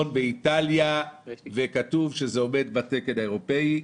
באיטליה וכתוב שזה עומד בתקן האירופאי.